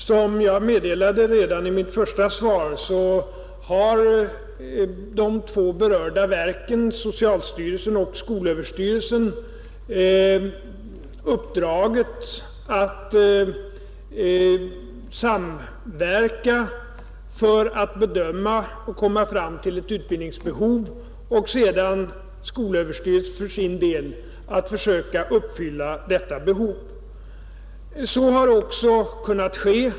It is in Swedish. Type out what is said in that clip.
Fru talman! Som jag meddelade redan i mitt första svar har de två berörda verken, socialstyrelsen och skolöverstyrelsen, uppdraget att samverka för att bedöma utbildningsbehovet, och skolöverstyrelsen har sedan för sin del att försöka uppfylla detta behov. Så har också kunnat ske.